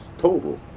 total